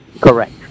correct